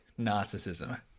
narcissism